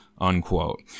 unquote